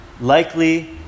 Likely